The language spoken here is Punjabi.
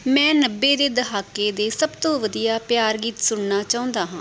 ਮੈਂ ਨੱਬੇ ਦੇ ਦਹਾਕੇ ਦੇ ਸਭ ਤੋਂ ਵਧੀਆ ਪਿਆਰ ਗੀਤ ਸੁਣਨਾ ਚਾਹੁੰਦਾ ਹਾਂ